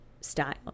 style